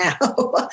now